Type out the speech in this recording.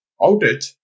outage